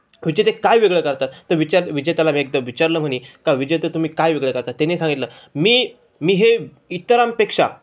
विजेते काय वेगळं करतात तर विचार विजेत्याला मी एकदा विचारलं म्हणे का विजेते तुम्ही काय वेगळं करता त्यांनी सांगितलं मी मी हे इतरांपेक्षा